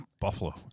Buffalo